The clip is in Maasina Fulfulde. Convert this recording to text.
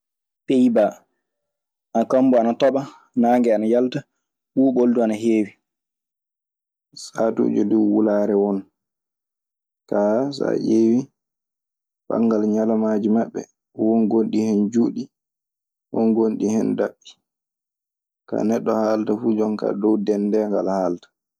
Peyiba na kammu ana tooɓa ,nage ana yalta, ɓubol dun ana hewi. Saatuuje duu wulaare won. Kaa, so a ƴeewii, banngal ñalawmaaji maɓɓe. Won gonɗi hen juutɗi, won gonɗi hen daɓɓi. Kaa, neɗɗo haalata fuu jon kaa dow denndeengal haalata.